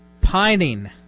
pining